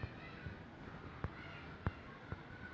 ah ya ya ya that [one] I think they are the producers